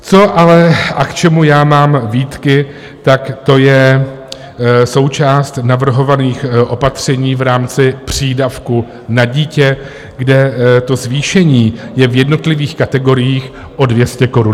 Co ale a k čemu mám výtky, tak to je součást navrhovaných opatření v rámci přídavku na dítě, kde to zvýšení je v jednotlivých kategoriích o 200 korun.